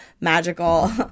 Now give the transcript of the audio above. magical